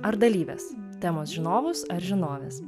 ar dalyves temos žinovus ar žinoves